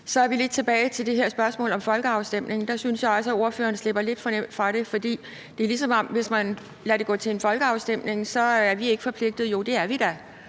Så er vi lidt tilbage ved det her spørgsmål om folkeafstemning. Der synes jeg også, at ordføreren slipper lidt for nemt fra det, for det er, som om man siger, at hvis man lader det gå til folkeafstemning, er vi ikke forpligtede. Jo, det er vi da.